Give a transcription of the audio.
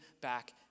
back